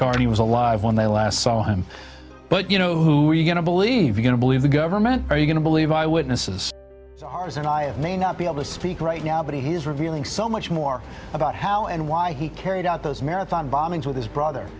car he was alive when they last saw him but you know who are you going to believe are going to believe the government are you going to believe i witness is that i may not be able to speak right now but he is revealing so much more about how and why he carried out those marathon bombings with his brother